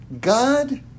God